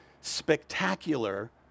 spectacular